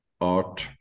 art